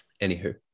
anywho